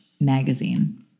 magazine